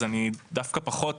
אני דווקא פחות,